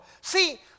See